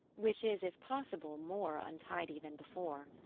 which is, if possible, more untidy than before.